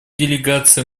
делегации